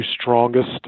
strongest